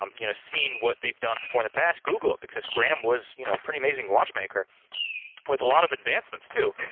um you know, seen what they've done before in the past, google it! because graham was, you know, a pretty amazing watchmaker with a lot of advancements, too!